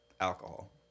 alcohol